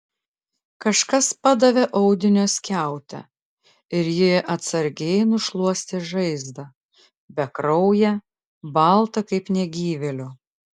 kažkas padavė audinio skiautę ir ji atsargiai nušluostė žaizdą bekrauję baltą kaip negyvėlio